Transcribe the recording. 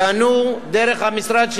ייהנו, דרך המשרד שלי,